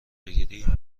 بگیری